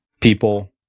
people